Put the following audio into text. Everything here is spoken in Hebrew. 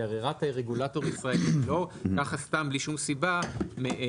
כי הרי רק הרגולטור הישראלי לא ככה סתם בלי שום סיבה מבקשת